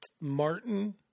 Martin